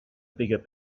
bigger